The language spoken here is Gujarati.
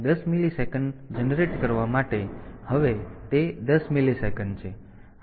તેથી 10 મિલિસેકન્ડ પેદા કરવા માટે હવે તે 10 મિલિસેકન્ડ છે